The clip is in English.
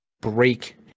break